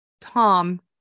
Tom